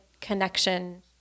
connection